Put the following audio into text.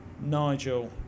Nigel